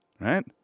right